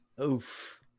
Oof